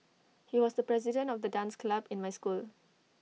he was the president of the dance club in my school